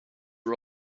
are